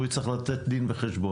הוא יצטרך לתת דין וחשבון.